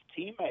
teammate